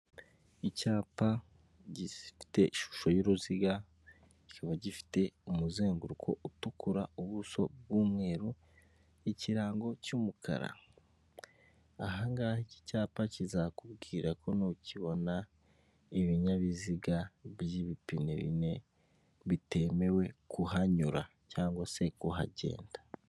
Icyapa gifite ishusho y'uruziga kiba gifite umuzenguruko utukura, ubuso bw'umweru, ikirango cy'umukara. Ahangaha iki cyapa kizakubwira ko nukibona ibinyabiziga by'ibipine bine bitemewe kuhanyura cg se kuhagenda